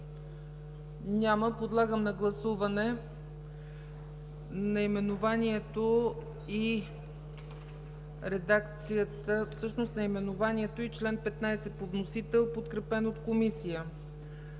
Няма. Подлагам на гласуване наименованието и чл. 15 по вносител, подкрепен от Комисията,